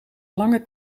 lange